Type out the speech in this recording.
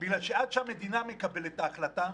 כי עד שהמדינה מקבלת את ההחלטה,